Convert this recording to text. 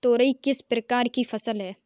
तोरई किस प्रकार की फसल है?